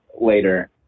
later